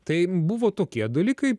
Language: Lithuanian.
tai buvo tokie dalykai